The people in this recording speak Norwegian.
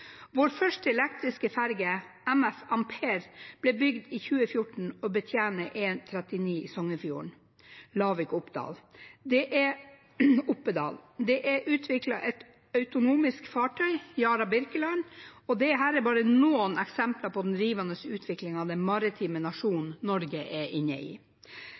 Vår første elektriske ferge, MF «Ampere», ble bygd i 2014 og betjener E39 Sognefjorden, Lavik–Oppedal. Det er utviklet et autonomisk fartøy, «Yara Birkeland». Dette er bare noen eksempel på den rivende utviklingen den maritime nasjonen Norge er inne i.